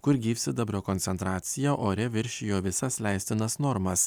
kur gyvsidabrio koncentracija ore viršijo visas leistinas normas